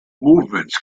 movements